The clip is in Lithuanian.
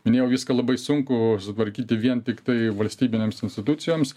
minėjau viską labai sunku sutvarkyti vien tiktai valstybinėms institucijoms